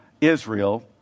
Israel